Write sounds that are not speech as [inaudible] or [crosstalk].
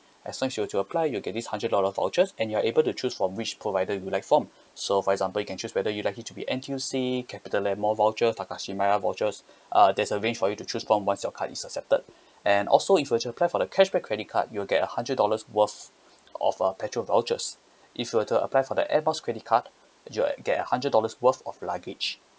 [breath] as long as you were to apply you will get this hundred dollar vouchers and you are able to choose from which provider you would like from [breath] so for example you can choose whether you like it to be N_Q_C Capitaland mall voucher Takashimaya vouchers [breath] uh there's a range for you to choose from once your card is accepted [breath] and also if you were to apply for the cashback credit card you'll get a hundred dollars worth of our petrol vouchers [breath] if were to apply for the air miles credit card you'll get a hundred dollars worth of luggage